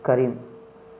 Karim